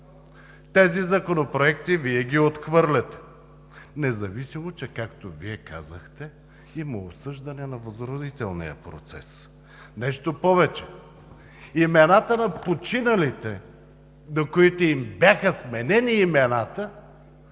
Тези законопроекти Вие ги отхвърляте, независимо че, както Вие казахте, има осъждане на възродителния процес. Нещо повече. На починалите, на които им бяха сменени имената,